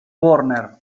warner